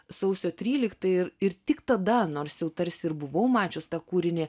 sausio tryliktą ir ir tik tada nors jau tarsi ir buvau mačius tą kūrinį